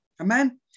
Amen